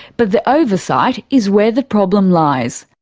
but the oversight is where the problem lies.